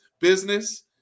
business